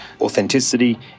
Authenticity